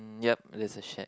yup there's a shed